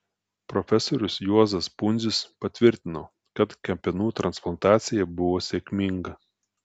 profesorius juozas pundzius patvirtino kad kepenų transplantacija buvo sėkminga